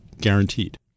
guaranteed